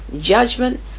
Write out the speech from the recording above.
judgment